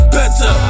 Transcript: better